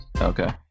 Okay